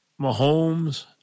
Mahomes